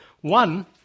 One